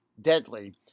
deadly